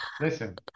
listen